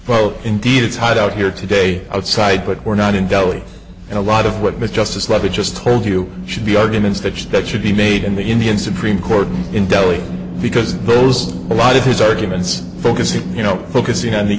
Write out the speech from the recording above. oh indeed it's hot out here today outside but we're not in delhi and a lot of what miss justice let me just told you should be arguments to that should be made in the indian supreme court in delhi because those are a lot of his arguments focusing you know focusing on the